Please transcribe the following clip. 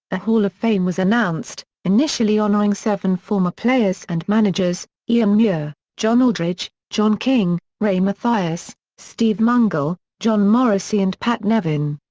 a hall of fame was announced, initially honouring seven former players and managers ian muir, john aldridge, john king, ray mathias, steve mungall, john morrissey and pat nevin.